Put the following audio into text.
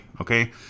Okay